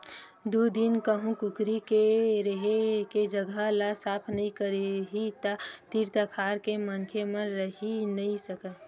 दू दिन कहूँ कुकरी के रेहे के जघा ल साफ नइ करही त तीर तखार के मनखे मन रहि नइ सकय